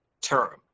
term